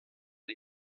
die